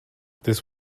this